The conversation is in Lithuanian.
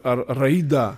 ar raidą